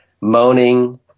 moaning